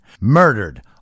murdered